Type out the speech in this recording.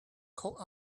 code